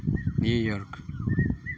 New York